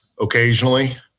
occasionally